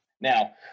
now